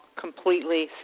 completely